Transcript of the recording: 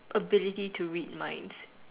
ability to read minds